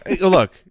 look